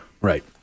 Right